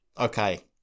Okay